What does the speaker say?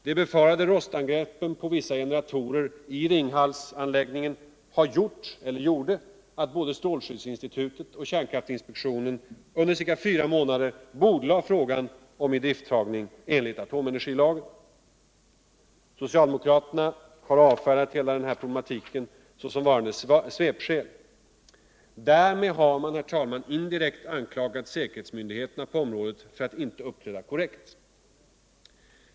De befarade rostangreppen på vissa generatorer i Ringhalsanläggningen gjorde att både strålskyddsinstitutet och kärnkraftsinspektionen under ca fyra månader bordlade frågan om tdrifttagning enligt atomenergilagen. Socialdemokraterna har avfärdat hela den här problematiken som svepskäl. Därmed har man, herr talman, indirekt anklagat säkerhetsmyndigheterna på området för att inte uppträda korrekt.